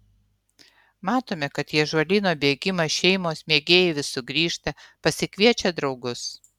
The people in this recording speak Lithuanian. matome kad į ąžuolyno bėgimą šeimos mėgėjai vis sugrįžta pasikviečia draugus